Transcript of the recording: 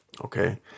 Okay